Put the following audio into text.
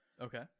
Okay